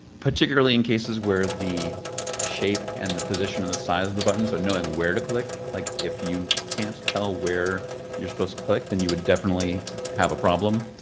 particularly in cases where the shape and the position and the size of the buttons. so knowing where to click, like, if you can't tell where you're supposed to click, then you would definitely have a problem.